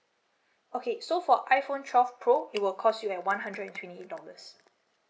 okay so for iphone twelve pro it will cost you at one hundred and twenty eight dollars